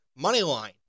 Moneyline